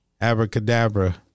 abracadabra